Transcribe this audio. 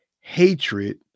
hatred